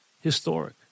historic